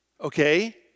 okay